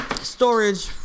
storage